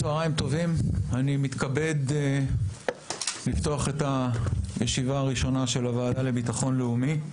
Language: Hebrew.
אני מתכבד לפתוח את ישיבת הוועדה לביטחון לאומי.